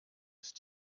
ist